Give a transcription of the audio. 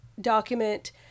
document